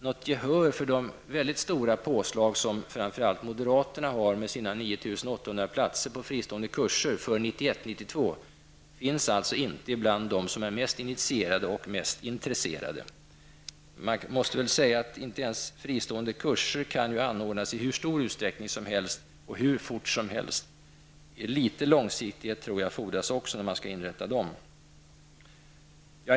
Något gehör för de väldigt stora påslag som framför allt moderaterna har, med 9 800 platser på fristående kurser för 1991/92, finns alltså inte bland dem som är mest initierade och mest intresserade. Inte ens fristående kurser kan anordnas i hur stor utsträckning som helst och hur fort som helst. Litet långsiktighet fordras också när man skall inrätta sådana.